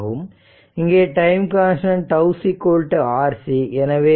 இங்கே time constant τ RC எனவே 40